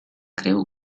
creu